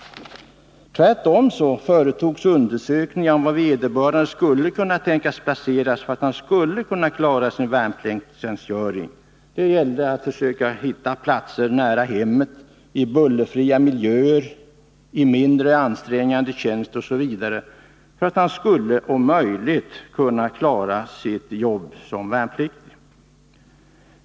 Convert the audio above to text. Tvärtom företogs undersökningar för att man skulle få reda på var vederbörande skulle kunna placeras för att klara sin värnpliktstjänstgöring. Det gällde att försöka hitta platser nära hemmet, i bullerfria miljöer, av mindre ansträngande slag osv. för att han skulle kunna klara sitt jobb som värnpliktig.